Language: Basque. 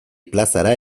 plazara